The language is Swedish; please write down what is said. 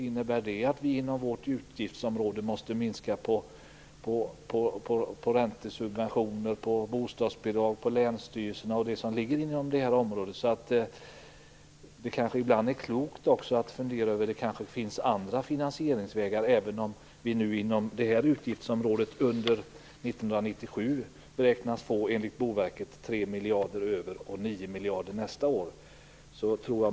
Innebär det att vi inom vårt utgiftsområde måste minska räntesubventioner, bostadsbidrag, bidrag till länsstyrelserna och annat som ligger inom vårt område? Det är kanske klokt att ibland fundera över om det finns andra finansieringsvägar, även om vi inom det här utgiftsområdet enligt Boverket beräknas få 3 miljarder över 1997 och 9 miljarder nästa år.